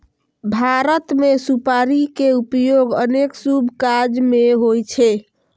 भारत मे सुपारी के उपयोग अनेक शुभ काज मे होइ छै